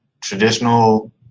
Traditional